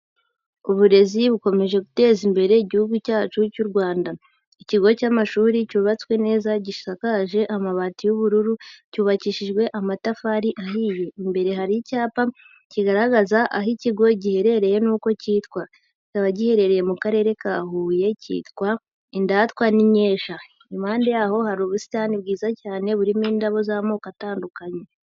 Uburezi bukomeje guteza imbere igihugu cyacu cy'u Rwanda. Ikigo cy'amashuri cyubatswe neza gishakaje amabati y'ubururu, cyubakishijwe amatafari ahiye. Imbere hari icyapa kigaragaza aho ikigo giherereye n'uko cyitwa, kikaba giherereye mu Karere ka Huye cyitwa Indatwa n'Inkesha. Impande yaho hari ubusitani bwiza cyane burimo indabo z'amoko atandukanye.